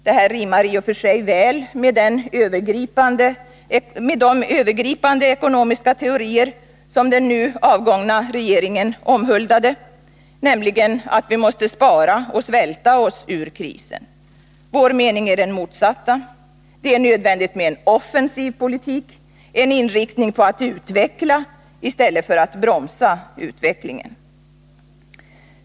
Detta rimmar i och för sig väl med de övergripande ekonomiska teorier som den nu avgångna regeringen omhuldade, nämligen att vi måste spara och svälta oss ur krisen. Vår mening är den motsatta — det är nödvändigt med en offensiv politik, en inriktning på att utveckla i stället för att bromsa utvecklingen.